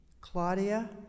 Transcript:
Claudia